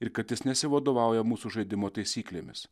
ir kad jis nesivadovauja mūsų žaidimo taisyklėmis